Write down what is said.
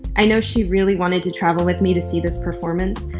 i know she really wanted to travel with me to see this performance,